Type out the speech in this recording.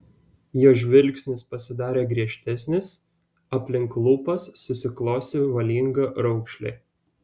jo žvilgsnis pasidarė griežtesnis aplink lūpas susiklosi valinga raukšlė